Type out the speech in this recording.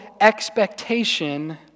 expectation